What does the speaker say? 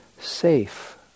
safe